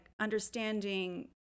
understanding